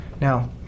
Now